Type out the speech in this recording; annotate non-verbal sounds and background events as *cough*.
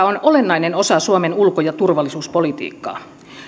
*unintelligible* on olennainen osa suomen ulko ja turvallisuuspolitiikkaa